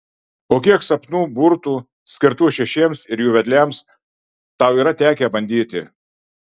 o kiek sapnų burtų skirtų šešiems ir jų vedliams tau yra tekę bandyti